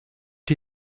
die